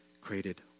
created